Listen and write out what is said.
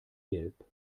gelb